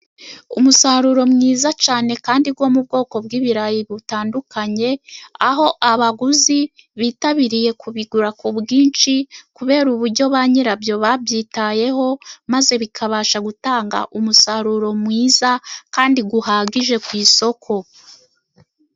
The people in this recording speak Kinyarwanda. Umusaruro mwiza cyane kandi wo mu bwoko bw'ibirayi butandukanye, aho abaguzi bitabiriye kubigura ku bwinshi, kubera uburyo ba nyira byo babyitayeho maze bikabasha gutanga umusaruro mwiza, kandi uhagije ku isoko.